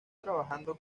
trabajando